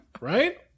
Right